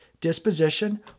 disposition